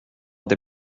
des